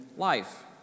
life